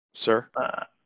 Sir